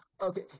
okay